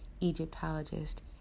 egyptologist